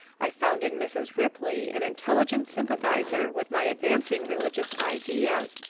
i found in mrs. ripley an intelligent sympathizer with my advancing religious ideas.